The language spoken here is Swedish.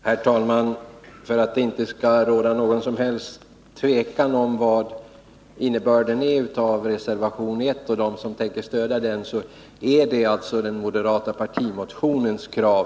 Herr talman! För att det inte skall råda någon som helst tvekan om innebörden i reservation 1 vill jag framhålla att vi där följer upp den moderata partimotionens krav.